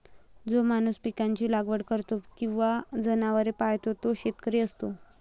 जो माणूस पिकांची लागवड करतो किंवा जनावरे पाळतो तो शेतकरी असतो